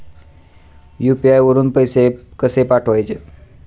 UPI वरून पैसे कसे पाठवायचे?